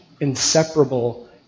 inseparable